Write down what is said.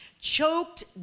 choked